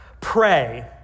pray